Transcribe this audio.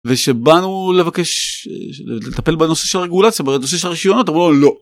ושבאנו לבקש לטפל בנושא של רגולציה בנושא של רשיונות אמרו לו לא.